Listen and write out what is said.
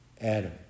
Adam